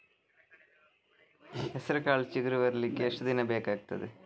ಹೆಸರುಕಾಳು ಚಿಗುರು ಬರ್ಲಿಕ್ಕೆ ಎಷ್ಟು ದಿನ ಬೇಕಗ್ತಾದೆ?